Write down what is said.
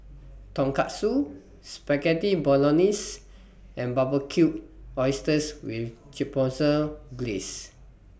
Tonkatsu Spaghetti Bolognese and Barbecued Oysters with Chipotle Glaze